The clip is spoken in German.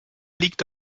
liegt